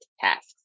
tasks